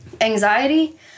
Anxiety